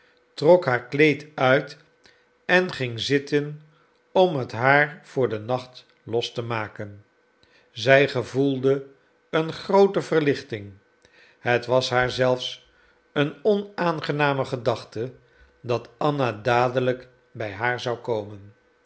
trok haar kleed uit en ging zitten om het haar voor den nacht los te maken zij gevoelde een groote verlichting het was haar zelfs een onaangename gedachte dat anna dadelijk bij haar zou komen